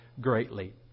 greatly